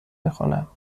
میخوانم